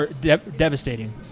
devastating